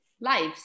lives